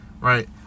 right